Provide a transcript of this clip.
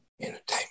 entertainment